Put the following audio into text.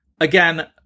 Again